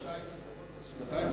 זה לא חודשיים, זה שנתיים.